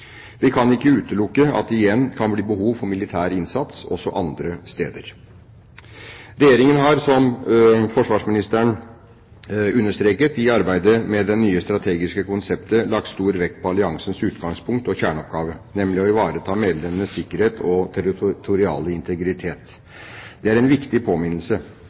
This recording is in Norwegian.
Vi kan ikke utelukke at det igjen kan bli behov for militær innsats også andre steder. Som forsvarsministeren understreket, har Regjeringen i arbeidet med det nye strategiske konseptet lagt stor vekt på alliansens utgangspunkt og kjerneoppgave, nemlig å ivareta medlemmenes sikkerhet og territorielle integritet. Det er en viktig påminnelse.